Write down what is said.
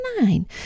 Nine